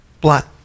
blood